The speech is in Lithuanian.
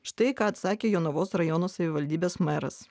štai ką atsakė jonavos rajono savivaldybės meras